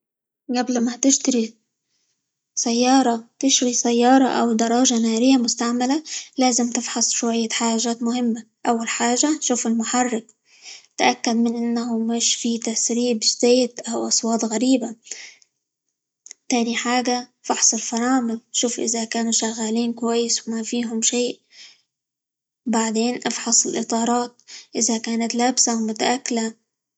قبل ما تشتري سيارة، تشري سيارة، أو دراجة نارية مستعملة لازم تفحص شوية حاجات مهمة، أول حاجة شوف المحرك تأكد من إنه مش في تسريب زيت، أو أصوات غريبة، تاني حاجة فحص الفرامل شوف إذا كانوا شغالين كويس وما فيهم شيء، بعدين افحص الإطارات إذا كانت لابسة، أو متآكلة.